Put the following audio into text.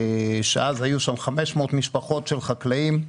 שאז היו שם 500 משפחות של חקלאים.